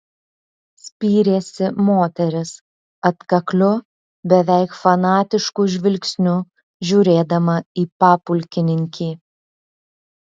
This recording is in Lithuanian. spyrėsi moteris atkakliu beveik fanatišku žvilgsniu žiūrėdama į papulkininkį